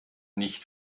nicht